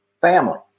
family